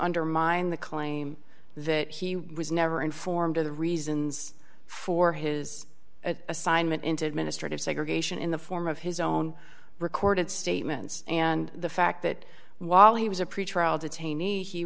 undermine the claim that he was never informed of the reasons for his assignment into administrative segregation in the form of his own recorded statements and the fact that while he was a pretrial detainees he